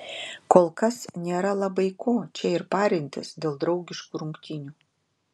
kolkas nėra labai ko čia ir parintis dėl draugiškų rungtynių